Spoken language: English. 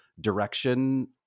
direction